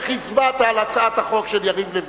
איך הצבעת על הצעת החוק של יריב לוין,